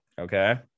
Okay